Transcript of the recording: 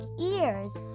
ears